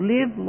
Live